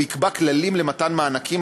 או יקבע כללים למתן מענקים,